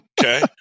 Okay